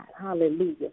hallelujah